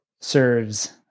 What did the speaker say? serves